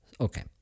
Okay